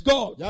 God